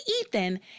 ethan